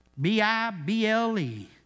B-I-B-L-E